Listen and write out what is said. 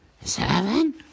Seven